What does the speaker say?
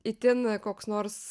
itin koks nors